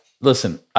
listen